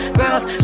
rough